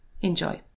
Enjoy